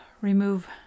remove